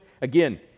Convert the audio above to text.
again